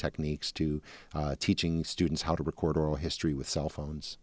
techniques to teaching students how to record oral history with cell phones